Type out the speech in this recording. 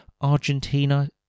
Argentina